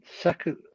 second